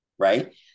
right